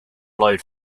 allowed